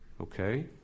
Okay